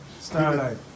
Starlight